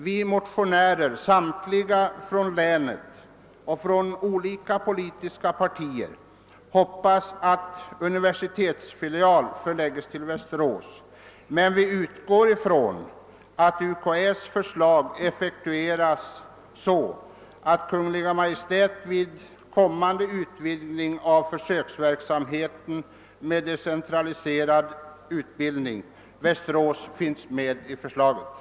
Vi som står bakom den av mig nämnda motionen — ledamöter från olika politiska partier; samtliga representanter för Västmanlands län — hoppas att en universitetsfilial kommer att förläggas till Västerås. Vi utgår ifrån att Kungl. Maj:t vid effektuerandet av UKÄ:s förslag i framtiden kommer att ta med Västerås, för den händelse att försöksverksamheten